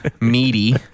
meaty